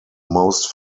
most